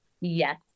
Yes